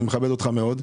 אני מכבד אותך מאוד.